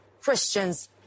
Christians